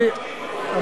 שמענו את קריאתך.